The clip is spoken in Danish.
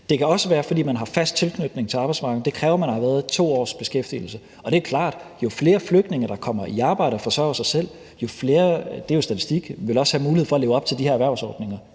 Det kan også være, fordi man har fast tilknytning til arbejdsmarkedet, men det kræver, at man har haft beskæftigelse i 2 år. Det er klart, at jo flere flygtninge, der kommer i arbejde og forsørger sig selv – det er jo statistik – jo flere vil også have mulighed for at leve op til de her erhvervsordninger,